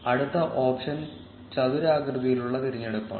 അടുത്ത ഓപ്ഷൻ ചതുരാകൃതിയിലുള്ള തിരഞ്ഞെടുപ്പാണ്